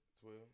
Twelve